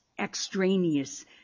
extraneous